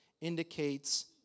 indicates